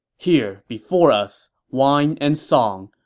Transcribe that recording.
here before us, wine and song!